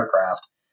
aircraft